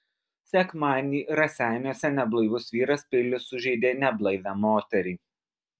sekmadienį raseiniuose neblaivus vyras peiliu sužeidė neblaivią moterį